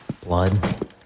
blood